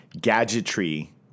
gadgetry